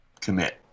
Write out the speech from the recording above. commit